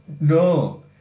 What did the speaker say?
No